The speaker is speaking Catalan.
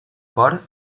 cor